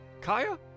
Kaya